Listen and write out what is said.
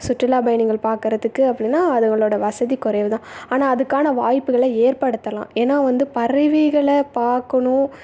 சுற்றுலா பயணிகள் பார்க்கறதுக்கு அப்டின்னா அதுங்களோட வசதி குறைவுதான் ஆனால் அதுக்கான வாய்ப்புகளை ஏற்படுத்தலாம் ஏன்னால் வந்து பறவைகளை பார்க்கணும்